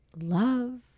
love